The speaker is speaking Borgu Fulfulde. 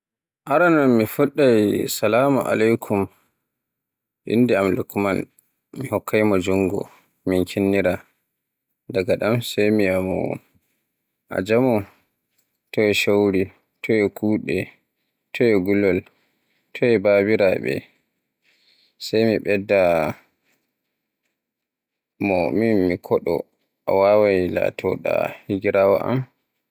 Aranon mi fuɗɗai Salamu alaikum. Innde am Lukman. MI hokkamo jungo, min kinnira. Daga ɗon sey mi yi'a a jaamo, toy showri, toy kuude, toy gulol, toy babiraaɓe. Sey mi ɓeyda min mi koɗo a waawai latina higiraawo am.